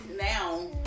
now